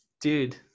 Dude